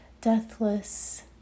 deathless